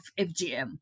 FGM